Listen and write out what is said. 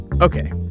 Okay